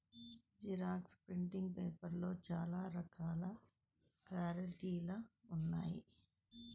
xerox printing పేపర్లలో చాలా రకాల క్వాలిటీలు ఉన్నాయి